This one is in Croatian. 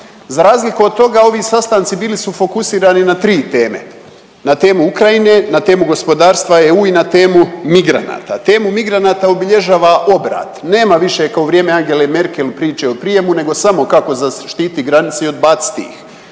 Za razliku od toga, ovi sastanci bili su fokusirani na 3 teme. Na temu Ukrajine, na temu gospodarstva EU i na temu migranata. Temu migranata obilježava obrat. Nema više kao u vrijeme Angele Merkel priče o prijemu nego samo kako zaštititi granice i odbaciti ih.